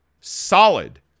solid